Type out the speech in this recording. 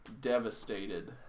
devastated